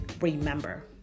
Remember